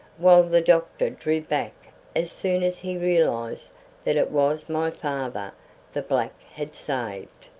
while the doctor drew back as soon as he realised that it was my father the black had saved.